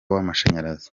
w’amashanyarazi